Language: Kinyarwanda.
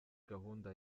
gahunda